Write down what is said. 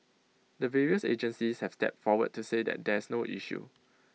the various agencies have stepped forward to say that there's no issue